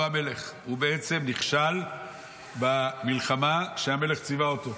המלך" הוא בעצם נכשל במלחמה שהמלך ציווה אותו.